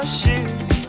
shoes